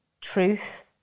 truth